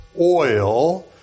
oil